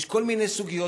יש כל מיני סוגיות.